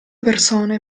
persone